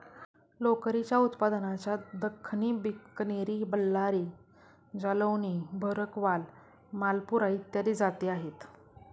लोकरीच्या उत्पादनाच्या दख्खनी, बिकनेरी, बल्लारी, जालौनी, भरकवाल, मालपुरा इत्यादी जाती आहेत